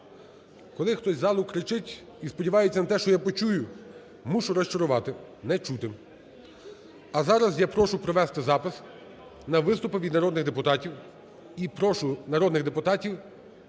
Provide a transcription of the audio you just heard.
Коли хтось із залу кричить і сподівається на те, що я почую, мушу розчарувати – не чути. А зараз я прошу провести запис на виступи від народних депутатів. І прошу народних депутатів